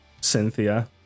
Cynthia